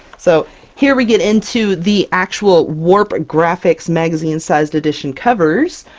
so here we get into the actual warp graphics magazine-sized edition covers!